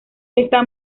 está